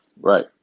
Right